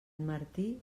martí